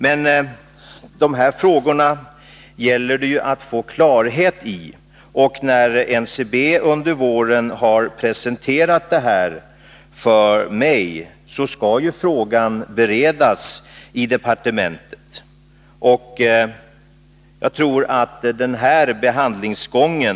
Men de här frågorna gäller det att få klarhet i, och när NCB under våren har presenterat saken för mig skall frågan beredas i departementet. Jag tror att vi måste följa den behandlingsgången.